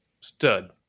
Stud